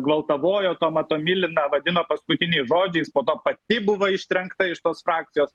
gvaltavojo tomą tomiliną vadino paskutiniais žodžiais po to pati buvo ištrenkta iš tos frakcijos